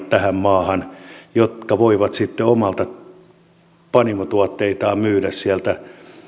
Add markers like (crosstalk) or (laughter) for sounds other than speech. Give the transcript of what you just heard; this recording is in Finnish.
(unintelligible) tähän maahan belgialaiset oluenpanijat jotka voivat sitten omia panimotuotteitaan myydä sieltä